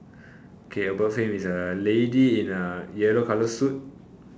K above him is a lady in a yellow colour suit